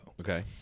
Okay